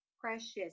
precious